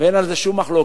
אין על זה שום מחלוקת,